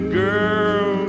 girl